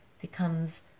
becomes